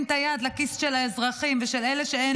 את היד לכיס של האזרחים ושל אלה שאין